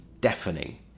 deafening